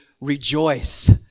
rejoice